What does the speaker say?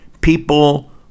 people